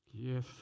yes